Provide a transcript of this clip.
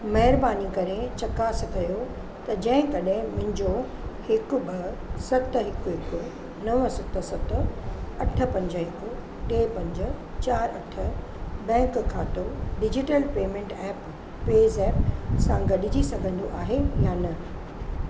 महिरबानी करे चकास कयो त जेकॾहिं मुंहिंजो हिकु ॿ सत हिकु हिकु नव सत सत अठ पंज हिकु टे पंज चारि अठ बैंक खातो डिजिटल पेमेंट ऐप पेज़ेप्प सां गॾिजी सघंदो आहे या न